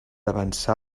avançar